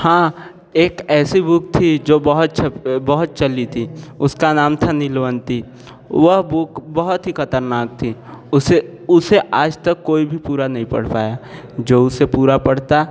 हाँ एक ऐसी बुक थी जो बहुत छप बहुत चली थी उसका नाम था नीलवंती वह बुक बहुत ही खतरनाक थी उसे उसे आज तक कोई भी पूरा नहीं पढ़ पाया जो उसे पूरा पढ़ता